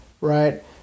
right